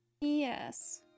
Yes